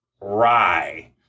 Rye